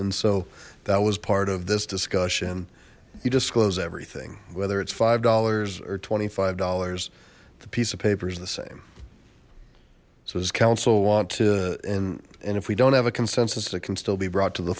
and so that was part of this discussion you disclose everything whether it's five dollars or twenty five dollars the piece of paper is the same so this council want to and and if we don't have a consensus that can still be brought to the